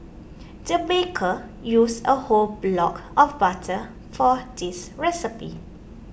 the baker used a whole block of butter for this recipe